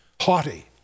haughty